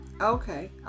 Okay